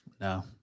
No